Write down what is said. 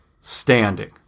standing